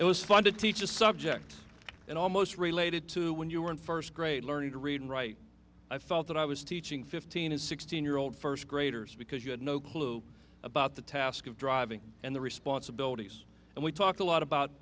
it was fun to teach a subject and almost related to when you were in first grade learning to read and write i felt that i was teaching fifteen sixteen year old first graders because you had no clue about the task of driving and the responsibilities and we talked a lot about